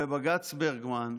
בבג"ץ ברגמן,